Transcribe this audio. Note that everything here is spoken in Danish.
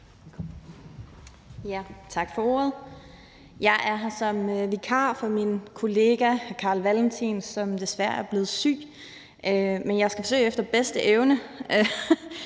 Tak for ordet. Jeg er her som vikar for min kollega Carl Valentin, som desværre er blevet syg, men jeg skal forsøge efter bedste evne